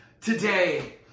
today